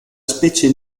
specie